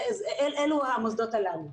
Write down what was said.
אלו המוסדות הללו.